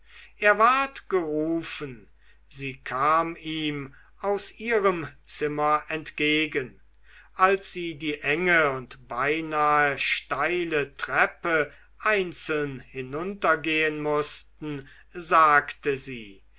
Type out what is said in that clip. er ward gerufen sie kam ihm aus ihrem zimmer entgegen als sie die enge und beinah steile treppe einzeln hinuntergehen mußten sagte sie